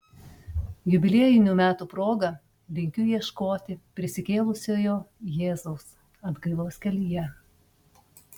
jubiliejinių metų proga linkiu ieškoti prisikėlusiojo jėzaus atgailos kelyje